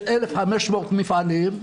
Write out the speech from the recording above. של 1,500 מפעלים,